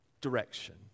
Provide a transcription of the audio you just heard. direction